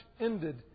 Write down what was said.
ended